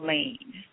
Lane